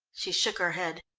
she shook her head.